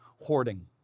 hoarding